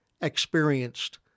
experienced